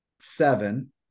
seven